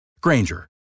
Granger